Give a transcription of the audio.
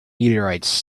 meteorites